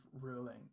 ruling